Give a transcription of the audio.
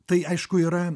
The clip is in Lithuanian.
tai aišku yra